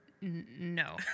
no